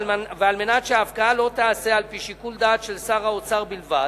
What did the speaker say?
וכדי שההפקעה לא תיעשה על-פי שיקול דעת של שר האוצר בלבד,